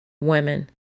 women